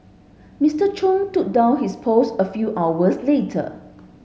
Mister Chung took down his post a few hours later